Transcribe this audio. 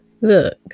Look